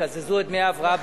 יקזזו את דמי ההבראה ב-1 ביולי.